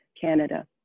Canada